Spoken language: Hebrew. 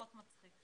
הקליטה והתפוצות.